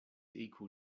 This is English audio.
equal